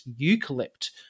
eucalypt